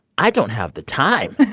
i don't have the time.